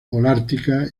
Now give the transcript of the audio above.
holártica